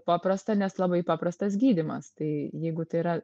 paprasta nes labai paprastas gydymas tai jeigu tai yra